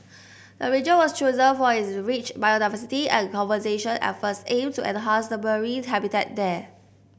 the region was chosen for its rich biodiversity and conservation efforts aim to enhance the marine habitat there